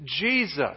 Jesus